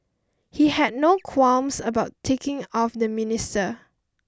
he had no qualms about ticking off the minister